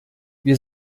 wir